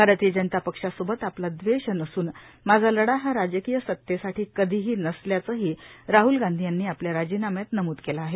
भारतीय जनता पक्षासोबत आपलं दवैष नसून माझा लढा हा राजकीय सत्तेसाठी कधिही नसल्याचं ही राहल गांधी यांनी आपल्या राजिनाम्यात नमूद केलं आहे